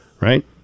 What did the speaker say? Right